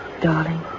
Darling